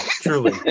truly